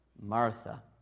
Martha